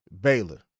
Baylor